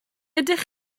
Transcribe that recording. ydych